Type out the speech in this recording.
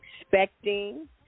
expecting